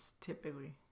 typically